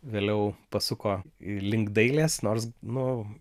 vėliau pasuko link dailės nors nu